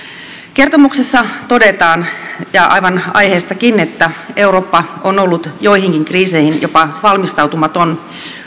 kertomuksessa todetaan ja aivan aiheestakin että eurooppa on ollut joihinkin kriiseihin jopa valmistautumaton